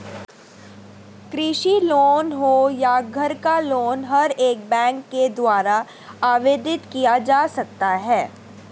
कृषि लोन हो या घर का लोन हर एक बैंक के द्वारा आवेदित किया जा सकता है